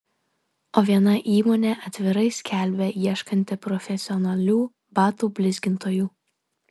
o viena įmonė atvirai skelbia ieškanti profesionalių batų blizgintojų